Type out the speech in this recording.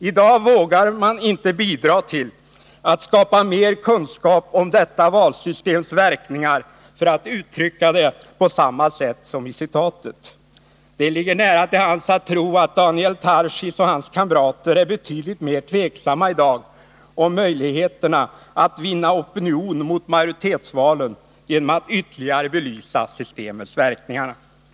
I dag vågar man inte bidra till att skapa mer kunskap om detta valsystems verkningar — för att uttrycka det på samma sätt som i citatet. Det ligger nära till hands att tro att Daniel Tarschys och hans kamrater i dag är betydligt mera tveksamma om möjligheterna att vinna opinion mot majoritetsvalen genom att ytterligare belysa systemets verkningar.